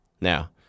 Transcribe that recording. Now